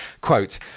Quote